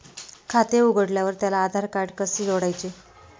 खाते उघडल्यावर त्याला आधारकार्ड कसे जोडायचे?